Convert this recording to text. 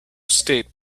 state